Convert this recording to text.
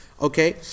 Okay